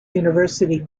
university